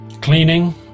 cleaning